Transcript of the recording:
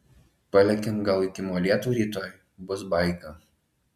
palekiam gal iki molėtų rytoj bus baika